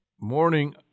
morning